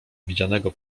widzianego